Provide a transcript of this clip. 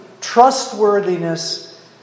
trustworthiness